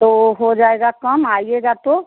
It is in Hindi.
तो हो जाएगा कम आइएगा तो